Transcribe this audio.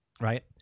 right